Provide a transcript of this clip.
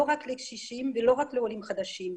ולא רק לקשישים ולא רק לעולים חדשים.